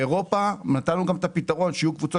באירופה נתנו גם את הפתרון שיהיו קבוצות